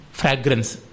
fragrance